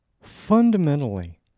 fundamentally